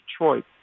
Detroit